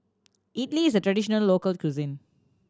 idili is a traditional local cuisine